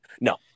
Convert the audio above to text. No